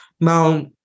Now